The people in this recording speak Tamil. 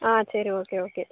ஆ சரி ஓகே ஓகே